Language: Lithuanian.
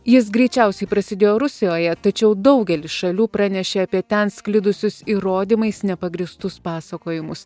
jis greičiausiai prasidėjo rusijoje tačiau daugelis šalių pranešė apie ten sklidusius įrodymais nepagrįstus pasakojimus